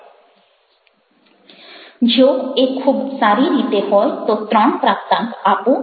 જો એ ખૂબ સારી રીતે હોય તો 3 પ્રાપ્તાંક આપો